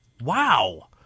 Wow